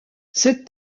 ces